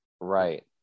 Right